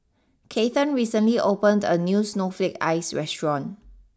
Kathern recently opened a new Snowflake Ice restaurant